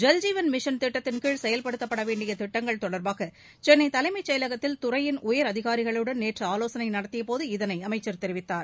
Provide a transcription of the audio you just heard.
Jal Jeevan mission திட்டத்தின் கீழ் செயல்படுத்தப்பட வேண்டிய திட்டங்கள் தொடர்பாக சென்னை தலைமை செயலகத்தில் துறையின் உயர் அதிகாரிகளுடன் நேற்று ஆலோசனை நடத்தியபோது இதனை அமைச்சர் தெரிவித்தார்